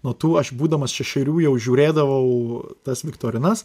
nuo tų aš būdamas šešerių jau žiūrėdavau tas viktorinas